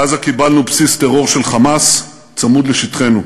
בעזה קיבלנו בסיס טרור של "חמאס" צמוד לשטחנו.